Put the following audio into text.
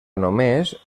només